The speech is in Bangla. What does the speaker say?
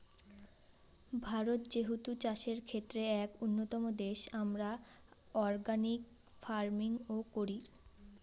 ভারত যেহেতু চাষের ক্ষেত্রে এক উন্নতম দেশ, আমরা অর্গানিক ফার্মিং ও করি